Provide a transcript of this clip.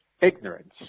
ignorance